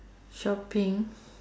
shopping